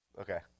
Okay